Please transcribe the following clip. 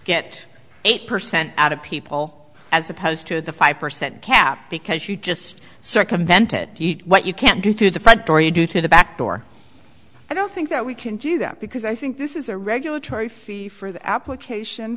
get eight percent out of people as opposed to the five percent cap because she just circumvented what you can do through the front door you do to the back door i don't think that we can do that because i think this is a regulatory fee for the application